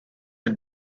its